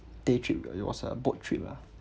day trip uh it was a boat trip ah